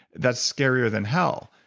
that's scarier than hell.